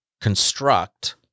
construct